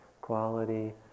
quality